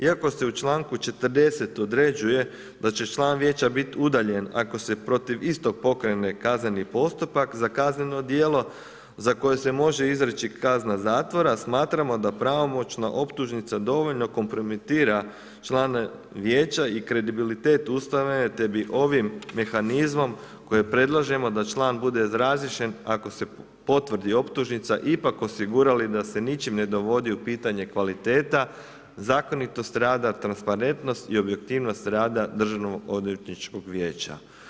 Iako se u članku 40. određuje da će član vijeća biti udaljen ako se protiv istog pokrene kazneni postupak za kazneno djelo za koje se može izreći kazna zatvora, smatramo da pravomoćna optužnica dovoljno kompromitira članove vijeća i kredibilitet ustanove, te bi ovim mehanizmom koji predlažemo da član bude razriješen ako se potvrdi optužnica ipak osigurali da se ničim ne dovodi u pitanje kvaliteta, zakonitost rada, transparentnost i objektivnost rada državno odvjetničkog vijeća.